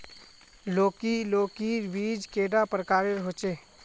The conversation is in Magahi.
लौकी लौकीर बीज कैडा प्रकारेर होचे?